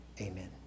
Amen